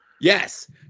Yes